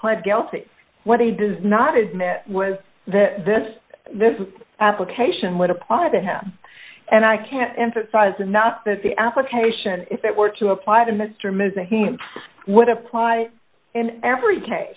pled guilty what he does not admit was that this this application would apply to him and i can't emphasize enough that the application if it were to apply to mr ms and he would apply in every case